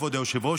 כבוד היושב-ראש,